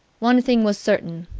one thing was certain.